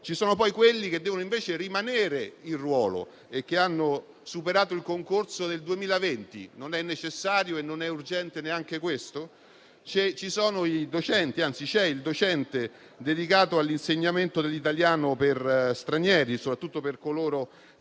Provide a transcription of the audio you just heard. Ci sono poi i soggetti che devono invece rimanere in ruolo e che hanno superato il concorso del 2020: non è necessario e urgente neanche questo? Ci sono i docenti, anzi c'è il docente dedicato all'insegnamento dell'italiano per stranieri, soprattutto per coloro